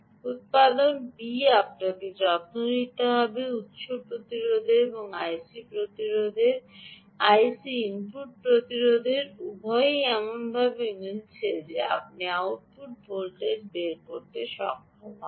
উত্পাদক B আপনাকে যত্ন নিতে হবে উত্স প্রতিরোধের এবং আইসি প্রতিরোধের আইসি ইনপুট প্রতিরোধের উভয়ই এমনভাবে মিলেছে যে আপনি আউটপুট ভোল্টেজ বের করতে সক্ষম হবেন